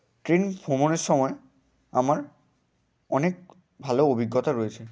train ভ্রমণের সময় আমার অনেক ভালো অভিজ্ঞতা রয়েছে